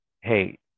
hey